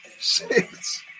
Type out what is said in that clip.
six